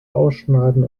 ausschneiden